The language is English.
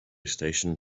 station